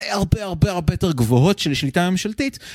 הרבה הרבה הרבה יותר גבוהות של שליטה ממשלתית